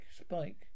Spike